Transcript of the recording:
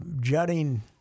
Jutting